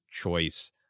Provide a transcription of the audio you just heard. choice